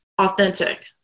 authentic